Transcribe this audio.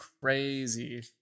crazy